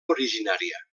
originària